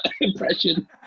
impression